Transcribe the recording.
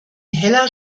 heller